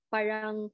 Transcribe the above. parang